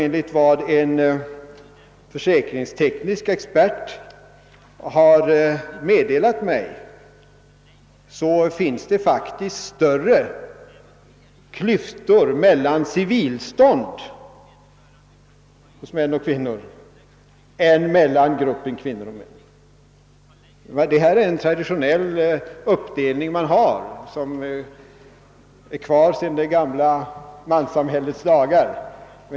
Enligt vad en försäkringsteknisk expert har meddelat mig finns det faktiskt större klyftor mellan civilstånd hos män och kvinnor än mellan gruppen kvinnor och gruppen män. Den nuvarande uppdelningen är traditionell och är kvar sedan det gamla manssamhällets dagar.